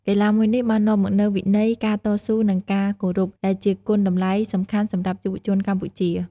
កីឡាមួយនេះបាននាំមកនូវវិន័យ ការតស៊ូ និងការគោរព ដែលជាគុណតម្លៃសំខាន់សម្រាប់យុវជនកម្ពុជា។